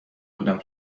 بودم